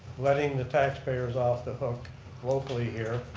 letting the tax payers off the hook locally here,